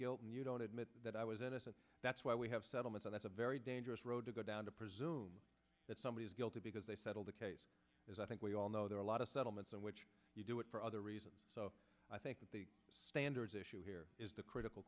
guilt and you don't admit that i was innocent that's why we have settlement that's a very dangerous road to go down to presume that somebody is guilty because they settled the case as i think we all know there are a lot of settlements in which you do it for other reasons so i think that the standards issue here is the critical